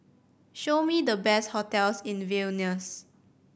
show me the best hotels in Vilnius